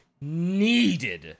needed